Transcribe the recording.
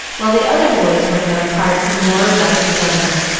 while the other boys were to have parts of more or less splendor.